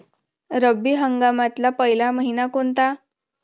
रब्बी हंगामातला पयला मइना कोनता?